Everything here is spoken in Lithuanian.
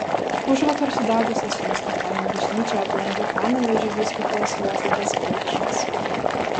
užvakar sudegusią suosto kaimo bažnyčią aplankė panevėžio vyskupas juozapas preikšas